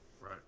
Right